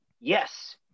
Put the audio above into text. Yes